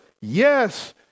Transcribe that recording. yes